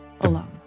Alone